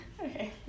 Okay